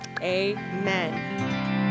amen